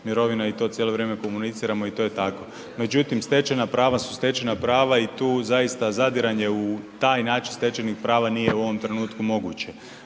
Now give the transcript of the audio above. mirovina i to cijelo vrijeme komuniciramo i to je tako. Međutim, stečena prava su stečena pravi i tu zaista zadiranje u taj način stečenih prava nije u ovom trenutku moguće.